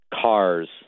cars